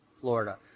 Florida